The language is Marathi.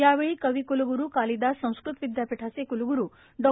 यावळी कविक्लगुरू कालिदास संस्कृत विदयापीठाच कुलगुरू डॉ